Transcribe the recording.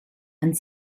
and